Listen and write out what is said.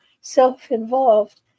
self-involved